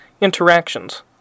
interactions